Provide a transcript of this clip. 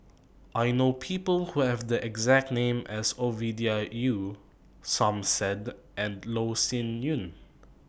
I know People Who Have The exact name as Ovidia Yu Som Said and Loh Sin Yun